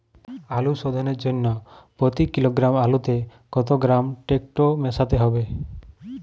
আলু শোধনের জন্য প্রতি কিলোগ্রাম আলুতে কত গ্রাম টেকটো মেশাতে হবে?